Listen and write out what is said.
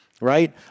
right